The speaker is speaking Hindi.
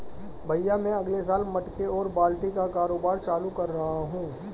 भैया मैं अगले साल मटके और बाल्टी का कारोबार चालू कर रहा हूं